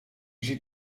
ziet